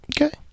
Okay